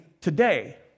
today